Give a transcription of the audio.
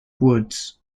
woods